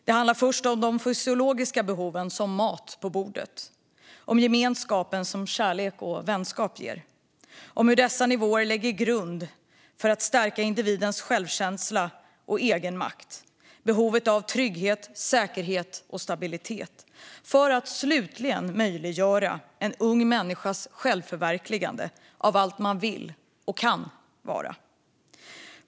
Det handlar om de fysiologiska behoven, som mat på bordet, om den gemenskap som kärlek och vänskap ger och om hur dessa nivåer lägger grunden för att stärka individens självkänsla och egenmakt genom trygghet, säkerhet och stabilitet, för att slutligen möjliggöra en ung människas självförverkligande - ett förverkligande av allt man vill och kan vara.